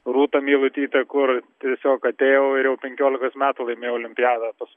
rūta meilutytė kur tiesiog atėjau ir jau penkiolikos metų laimėjo olimpiadą pas